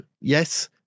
yes